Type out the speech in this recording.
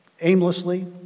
aimlessly